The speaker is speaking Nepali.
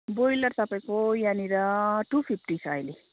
ब्रोयलर तपाईँको यहाँनिर टु फिप्टी छ अहिले